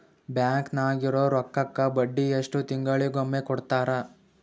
Bank ನಾಗಿರೋ ರೊಕ್ಕಕ್ಕ ಬಡ್ಡಿ ಎಷ್ಟು ತಿಂಗಳಿಗೊಮ್ಮೆ ಕೊಡ್ತಾರ?